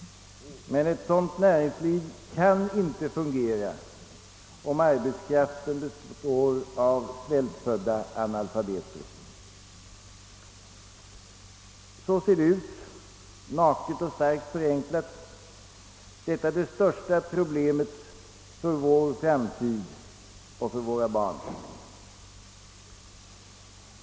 Men ett sådant näringsliv kan inte fungera, om arbetskraften består av svältfödda analfabeter. Så ser det stora problemet ut för vår och våra barns framtid, naket och starkt förenklat.